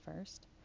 first